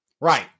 Right